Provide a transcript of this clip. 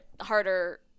harder